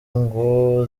ngo